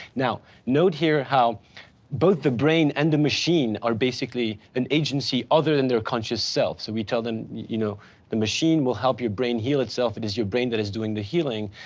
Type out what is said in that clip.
now, note here how both the brain and the machine are basically an agency other than their conscious self. so we tell them, you know the machine will help your brain heal itself, it is your brain that is doing the healing.